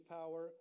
power